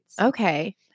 okay